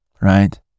right